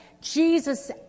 Jesus